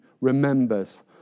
remembers